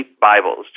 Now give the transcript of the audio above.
Bibles